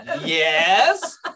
Yes